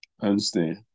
understand